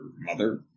mother